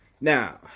now